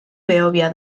behobia